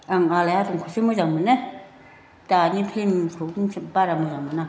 आं आलायारनखौसो मोजां मोनो दानि फिल्मफोरखौ बारा मोजां मोना